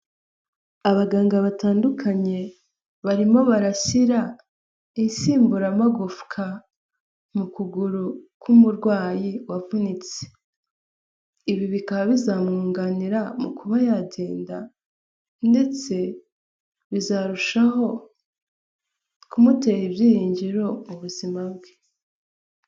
Abaganga batandukanye barimo barasira insimburamagufwa mu kuguru k'umurwayi wavunitse, ibi bikaba bizamwunganira mu kuba yagenda ndetse bizarushaho kumutera ibyiringiro m'ubuzima bwe.